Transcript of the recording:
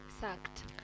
sucked